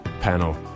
Panel